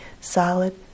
solid